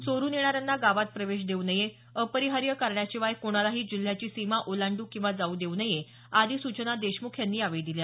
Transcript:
चोरुन येणाऱ्यांना गावात प्रवेश देऊ नये अपरिहार्य कारणाशिवाय कोणालाही जिल्ह्याची सीमा ओलांडू किंवा जाऊ देऊ नये आदी सूचना देशमुख यांनी यावेळी दिल्या